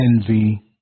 envy